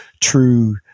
true